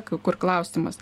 kur klausimas